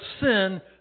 sin